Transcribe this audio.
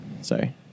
Sorry